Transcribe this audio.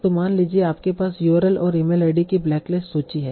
तो मान लीजिए कि आपके पास URL और ईमेल आईडी की ब्लैकलिस्ट सूची है